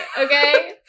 Okay